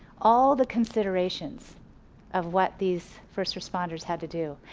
all the considerations of what these first responders had to do,